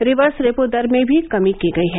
reverse repo दर में भी कमी की गई है